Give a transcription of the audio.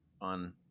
on